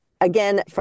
again